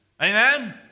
Amen